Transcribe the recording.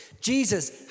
Jesus